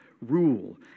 rule